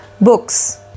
books